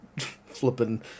flipping